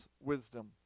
wisdom